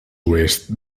oest